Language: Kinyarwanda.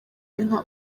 inka